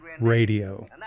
Radio